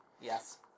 Yes